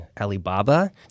Alibaba